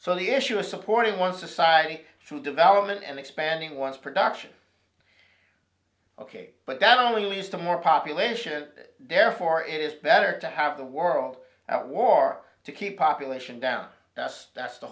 so the issue of supporting one society through development and expanding one's production ok but that only leads to more population therefore it is better to have the world at war to keep population down that's th